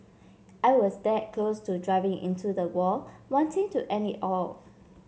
I was that close to driving into the wall wanting to end it all